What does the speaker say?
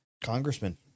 congressman